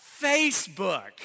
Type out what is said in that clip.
Facebook